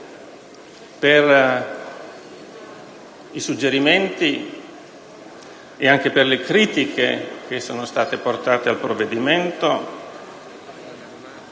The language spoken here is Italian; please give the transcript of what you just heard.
per i suggerimenti e per le critiche che sono state portate al provvedimento,